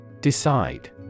Decide